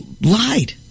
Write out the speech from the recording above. lied